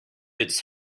its